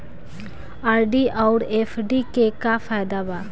RD आउर FD के का फायदा बा?